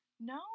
No